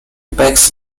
packs